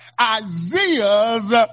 Isaiah's